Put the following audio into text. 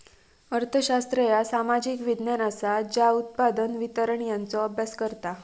अर्थशास्त्र ह्या सामाजिक विज्ञान असा ज्या उत्पादन, वितरण यांचो अभ्यास करता